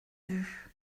vue